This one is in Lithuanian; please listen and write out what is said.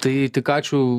tai tik ačiū